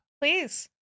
Please